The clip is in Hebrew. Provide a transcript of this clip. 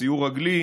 של סיור רגלי,